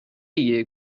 ایه